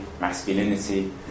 masculinity